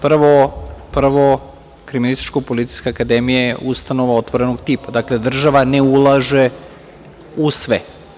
Prvo Kriminalističko-policijska akademija je ustanova otvorenog tipa, dakle, država ne ulaže u sve.